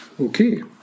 Okay